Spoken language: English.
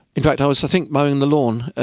in fact i was i think mowing the lawn,